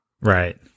right